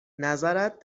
نظرت